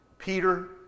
Peter